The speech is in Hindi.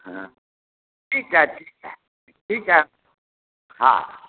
हाँ ठीक है ठीक है ठीक है हाँ